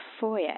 foyer